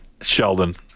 Sheldon